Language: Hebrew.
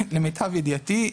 למיטב ידיעתי,